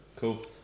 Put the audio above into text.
cool